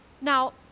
Now